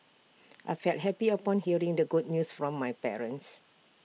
I felt happy upon hearing the good news from my parents